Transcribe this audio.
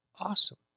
awesome